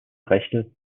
rechte